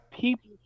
people